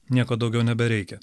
nieko daugiau nebereikia